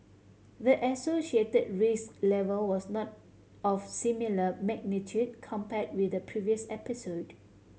the associated risk level was not of similar magnitude compare with the previous episode